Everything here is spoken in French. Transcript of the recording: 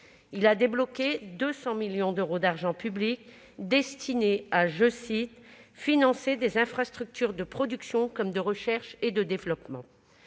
ainsi débloqué 200 millions d'euros d'argent public pour « financer des infrastructures de production comme de recherche et de développement ».